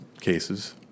cases